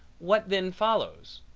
what then follows?